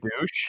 douche